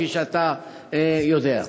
כפי שאתה יודע.